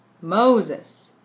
Moses